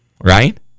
right